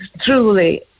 truly